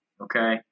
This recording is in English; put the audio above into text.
okay